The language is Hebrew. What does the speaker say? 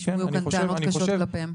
הושמעו כאן טענות קשות כלפיהם.